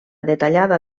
detallada